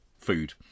food